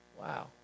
Wow